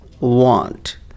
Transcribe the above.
want